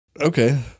Okay